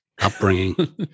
upbringing